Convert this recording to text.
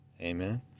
Amen